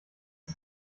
ist